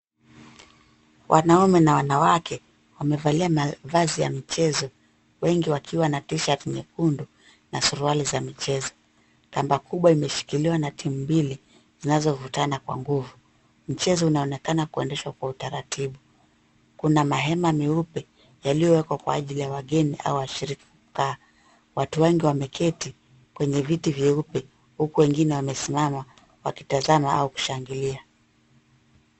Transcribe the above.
Wanaume na wanawake wamevalia mavazi ya michezo. Wengi wakiwa na t-shirt nyekundu na suruali za michezo. Kamba kubwa imeshikiliwa na timu mbili zinazofutana kwa nguvu. Mchezo unaonekana kuendeshwa kwa utaratibu. Kuna mahema meupe yaliyowekwa kwa ajili ya wageni au washirika. Watu wengi wameketi kwenye viti vyeupe, huku wengine wamesimama wakitazama au kushangilia.